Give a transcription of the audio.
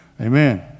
Amen